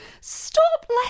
Stop